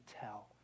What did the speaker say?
tell